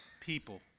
people